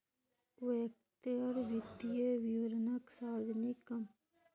व्यक्तिर वित्तीय विवरणक सार्वजनिक क म स्तरेर पर कराल जा छेक